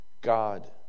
God